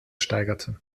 steigerte